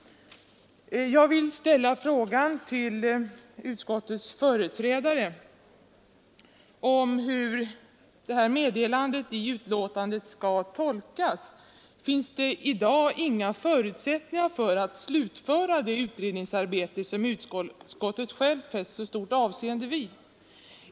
Jag vill fråga utskottets företrädare hur detta meddelande i betänkandet skall tolkas. Finns det i dag inga förutsättningar för att slutföra det utredningsarbete som utskottet självt fäst så stort avseende vid?